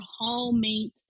hallmate